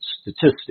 statistics